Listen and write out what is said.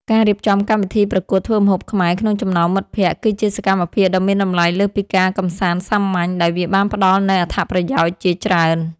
ការរៀបចំកម្មវិធីប្រកួតធ្វើម្ហូបខ្មែរក្នុងចំណោមមិត្តភក្តិ គឺជាសកម្មភាពដ៏មានតម្លៃលើសពីការកម្សាន្តសាមញ្ញ ដោយវាបានផ្ដល់នូវអត្ថប្រយោជន៍ជាច្រើន។